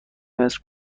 متر